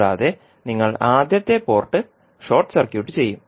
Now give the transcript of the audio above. കൂടാതെ നിങ്ങൾ ആദ്യത്തെ പോർട്ട് ഷോർട്ട് സർക്യൂട്ട് ചെയ്യും